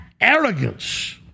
arrogance